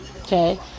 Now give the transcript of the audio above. okay